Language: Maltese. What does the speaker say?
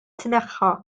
tneħħa